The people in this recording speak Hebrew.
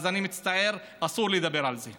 אז אני מצטער, אסור לדבר על זה.